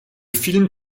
film